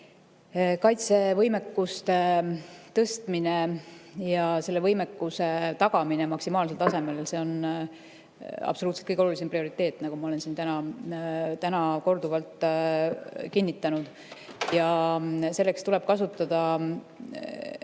Kaitsevõimekuse tõstmine ja selle võimekuse tagamine maksimaalsel tasemel on absoluutselt kõige olulisem, prioriteet, nagu ma olen siin täna korduvalt kinnitanud. Selleks tuleb kasutada